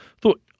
thought